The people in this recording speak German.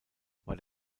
war